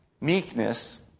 meekness